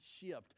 shift